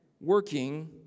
working